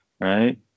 Right